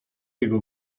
jego